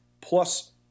plus